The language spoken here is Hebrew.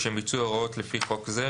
לשם ביצוע הוראות לפי חוק זה,